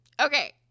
Okay